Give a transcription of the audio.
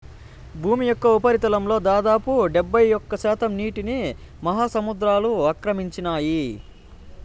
భూమి యొక్క ఉపరితలంలో దాదాపు డెబ్బైఒక్క శాతం నీటిని మహాసముద్రాలు ఆక్రమించాయి